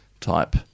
type